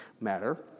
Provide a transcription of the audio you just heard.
matter